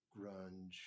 grunge